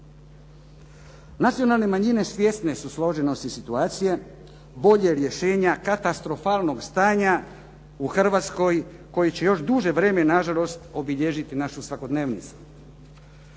Nacionalne manjine svjesne su složenosti situacije. Bolje rješenja katastrofalnog stanja u Hrvatskoj koji će još duže vrijeme nažalost obilježiti našu svakodnevicu.